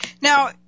Now